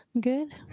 Good